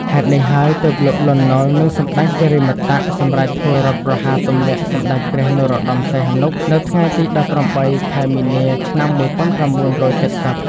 ហេតុនេះហើយ ទើបលោក លន់ នល់ និងសម្ដេចសិរិមតៈសម្រេចធ្វើរដ្ឋប្រហារទម្លាក់សម្ដេចព្រះនរោត្ដម សីហនុ នៅថ្ងៃទី១៨ ខែមីនា ឆ្នាំ១៩៧០។